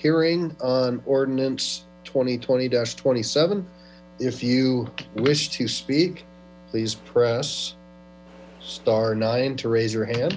hearing o ordinance twenty twenty dash twenty seven if you wish to speak please press star nine to raise your hand